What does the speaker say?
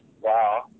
Wow